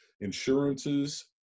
insurances